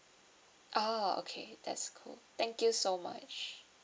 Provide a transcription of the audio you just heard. ah okay that's cool thank you so much